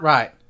Right